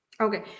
okay